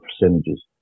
percentages